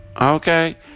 Okay